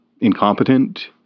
incompetent